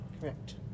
Correct